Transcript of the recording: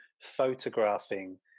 photographing